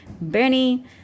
Bernie